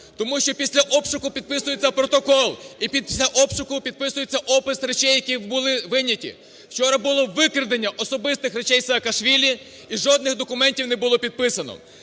тому що після обшуку підписується протокол і після обшуку підписується опис речей, які були вийняті. Вчора було викрадення особистих речей Саакашвілі і жодних документів не було підписано.